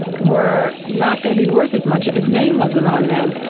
were not going to be worth as much if his name wasn't on them.